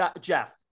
Jeff